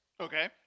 okay